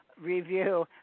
Review